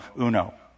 uno